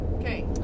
Okay